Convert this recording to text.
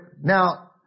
Now